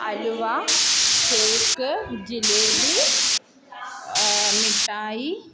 അലുവ cake jalebi മിഠായി